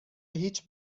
هیچ